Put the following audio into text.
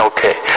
Okay